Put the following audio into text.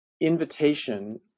invitation